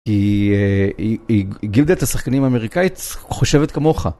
כי גילדת השחקנים האמריקאית חושבת כמוך.